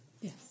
Yes